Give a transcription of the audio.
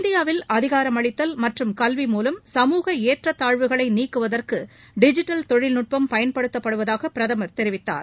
இந்தியாவில் அதிகாரமளித்தல் மற்றும் கல்வி மூவம் சமூக ஏற்றத்தாழ்வுகளை நீக்குவதற்கு டிஜிட்டல் தொழில்நுட்பம் பயன்படுத்தப்படுவதாக பிரதமர் தெரிவித்தார்